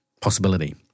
possibility